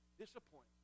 Disappointment